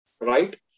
Right